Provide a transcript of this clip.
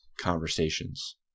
conversations